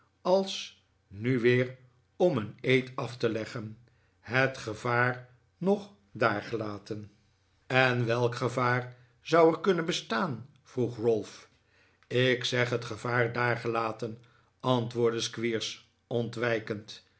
als nu weer om een eed af te leggen het gevaar nog daargelaten en welk gevaar zou er kunnen bestaan vroeg ralph ik zeg het gevaar daargelaten antwoordde squeers ontwijkend